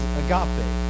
agape